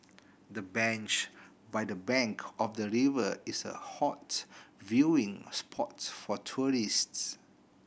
the bench by the bank of the river is a hot viewing spot for tourists